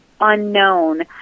unknown